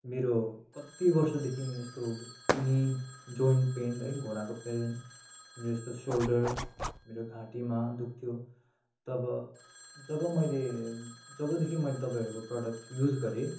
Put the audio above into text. मेरो कति वर्षदेखि यस्तो नी जोइन्ट पेन है घोडाको पेन अनि यस्तो सोल्डर मेरो घाँटीमा दुख्थ्यो तब जब मैले जबदेखि मैले तपाईँहरूको प्रोडक्ट युज गरेँ